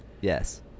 Yes